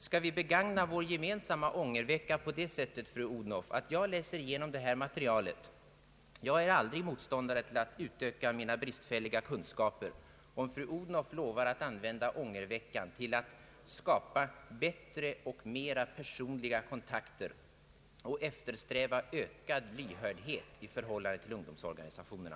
Skall vi begagna vår gemensamma ångervecka på det sättet, fru Odhnoff, att jag läser igenom detta material jag nu här fått av statsrådet — jag är aldrig motståndare till att komplettera mina bristfälliga kunskaper — och att fru Odhnoff lovar att använda ångerveckan till att skapa bättre och mera personliga kontakter och eftersträva ökad lyhördhet i förhållandet till ungdomsorganisationerna?